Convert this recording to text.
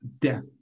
death